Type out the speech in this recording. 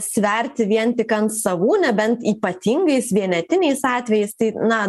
sverti vien tik ant savų nebent ypatingais vienetiniais atvejais tai na